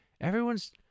everyone's